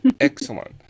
excellent